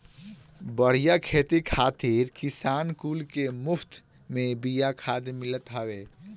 बढ़िया खेती खातिर किसान कुल के मुफत में बिया खाद मिलत हवे